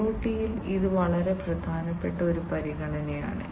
ഐഒടിയിൽ ഇത് വളരെ പ്രധാനപ്പെട്ട ഒരു പരിഗണനയാണ്